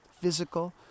physical